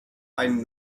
ein